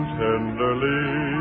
tenderly